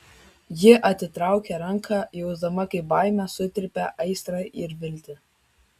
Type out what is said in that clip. ji atitraukė ranką jausdama kaip baimė sutrypia aistrą ir viltį